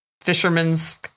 fisherman's